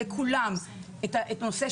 בחוסן נפשי ורגשי.